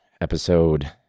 episode